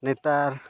ᱱᱮᱛᱟᱨ